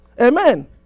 Amen